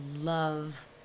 love